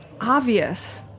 obvious